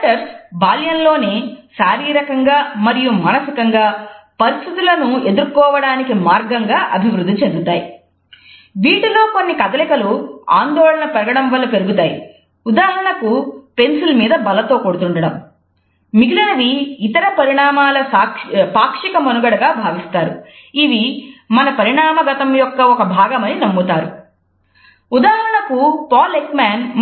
adapters